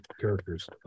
characters